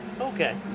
Okay